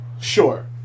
Sure